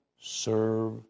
serve